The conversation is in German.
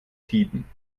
tiden